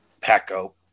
Paco